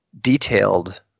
detailed